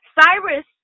Cyrus